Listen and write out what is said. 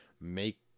make